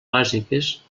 bàsiques